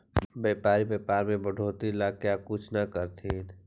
व्यापारी व्यापार में बढ़ोतरी ला क्या कुछ न करथिन